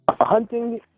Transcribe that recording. hunting